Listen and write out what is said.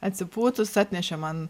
atsipūtus atnešė man